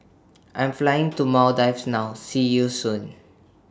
I Am Flying to Maldives now See YOU Soon